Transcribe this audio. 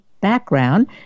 background